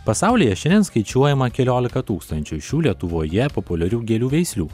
pasaulyje šiandien skaičiuojama keliolika tūkstančių šių lietuvoje populiarių gėlių veislių